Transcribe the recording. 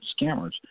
scammers